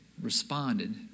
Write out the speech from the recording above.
responded